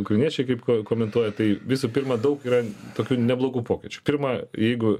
ukrainiečiai kaip komentuoja tai visų pirma daug yra tokių neblogų pokyčių pirma jeigu